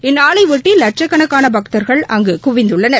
இந்நாளையொட்டி லட்சக்கணக்கான பக்தர்கள் அங்கு குவிந்துள்ளனர்